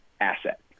asset